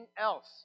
else